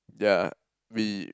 yeah we